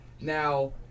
Now